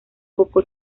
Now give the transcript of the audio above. coco